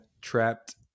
trapped